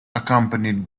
accompanied